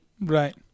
Right